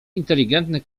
inteligentny